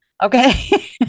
Okay